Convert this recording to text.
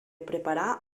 preparar